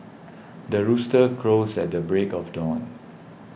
the rooster crows at the break of dawn